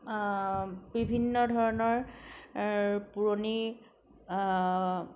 বিভিন্ন ধৰণৰ পুৰণি